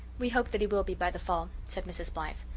we hope that he will be by the fall, said mrs. blythe.